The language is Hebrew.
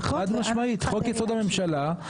החוק שמינה אותך לשרה היה חוק יסוד: הממשלה,